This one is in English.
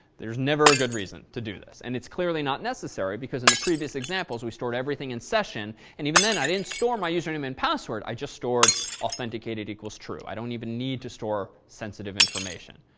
there is never a good reason to do this. and it's clearly not necessary because in the previous examples, we stored everything in session. and even then, i didn't store my username and password. i just stored authenticated equals true. i don't even need to store sensitive information.